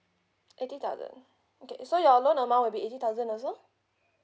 eighty thousand okay so your loan amount will be eighty thousand also